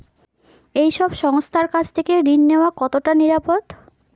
এই সব সংস্থার কাছ থেকে ঋণ নেওয়া কতটা নিরাপদ?